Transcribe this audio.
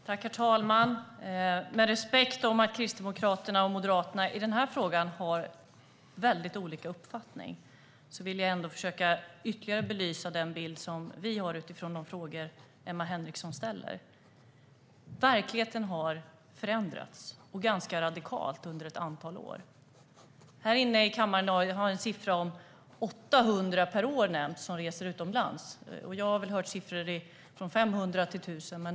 Herr talman! Med respekt för att Kristdemokraterna och Moderaterna i den här frågan har väldigt olika uppfattning vill jag ändå försöka ytterligare belysa den bild som vi har utifrån de frågor som Emma Henriksson ställer. Verkligheten har förändrats ganska radikalt under ett antal år. Här inne i kammaren har det nämnts att 800 kvinnor per år reser utomlands. Jag hört siffror på 500 till 1 000.